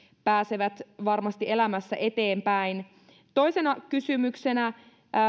pääsevät varmasti elämässä eteenpäin toisena kysymyksenä